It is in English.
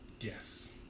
yes